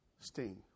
Sting